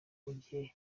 gihe